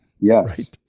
Yes